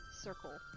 circle